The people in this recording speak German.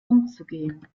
umzugehen